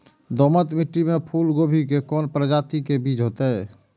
दोमट मिट्टी में फूल गोभी के कोन प्रजाति के बीज होयत?